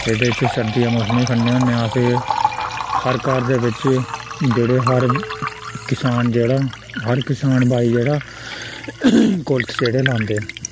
ते एह्दे च सरदियें मौसमे च खन्ने होन्ने आं अस एह् हर घर दे बिच्च जेह्ड़े हर किसान जेह्ड़ा हर किसान भाई जेह्ड़ा कुल्थ जेह्ड़े लांदे न